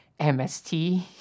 MST